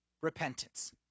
repentance